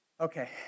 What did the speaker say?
okay